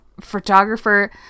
photographer